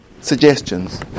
suggestions